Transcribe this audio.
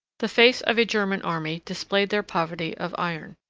the face of a german army displayed their poverty of iron.